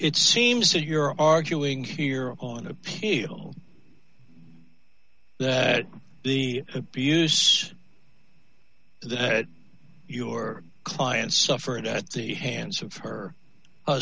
it seems you're arguing here on appeal that the abuse that your client suffered at the hands of her